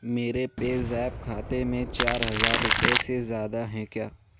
میرے PayZapp کھاتے میں چار ہزار روپے سے زیادہ ہیں کیا